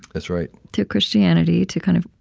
that's right, to christianity to kind of